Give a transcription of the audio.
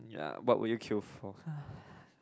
ya what will you queue for